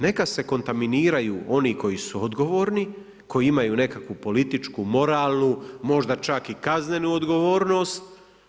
Neka se kontaminiraju oni koji su odgovorni, koji imaju nekakvu političku, moralnu, možda čak i kaznenu odgovornost.